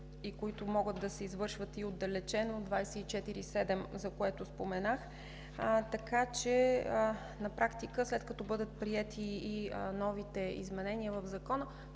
и които могат да се извършват и отдалечено – 24/7, за което споменах. На практика, след като бъдат приети и новите изменения в Закона,